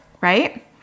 right